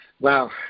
Wow